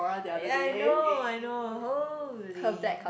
ya I know I know holy